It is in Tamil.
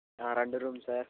ஆ ரெண்டு ரூம் சார்